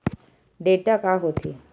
Data का होथे?